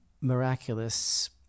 miraculous